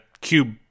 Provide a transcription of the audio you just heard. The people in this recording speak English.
Cube